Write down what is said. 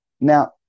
Now